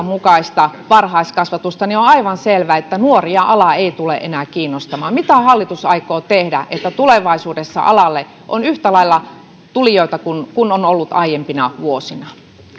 mukaista varhaiskasvatusta niin on aivan selvää että nuoria ala ei tule enää kiinnostamaan mitä hallitus aikoo tehdä että tulevaisuudessa alalle on yhtä lailla tulijoita kuin on ollut aiempina vuosina